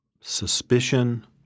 suspicion